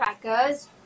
crackers